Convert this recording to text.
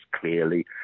clearly